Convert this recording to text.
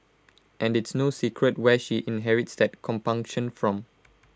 and it's no secret where she inherits that compunction from